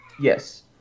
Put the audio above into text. yes